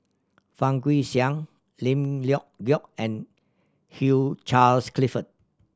Fang Guixiang Lim Leong Geok and Hugh Charles Clifford